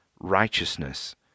righteousness